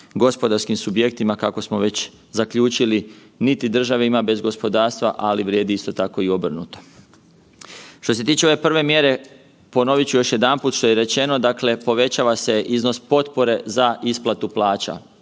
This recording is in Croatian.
gospodarskim subjektima, kako smo već zaključili, niti države ima bez gospodarstva, ali vrijedi isto tako i obrnuto. Što se tiče ove prve mjere, ponovit ću još jedanput što je i rečeno, dakle povećava se iznos potpore za isplatu plaća.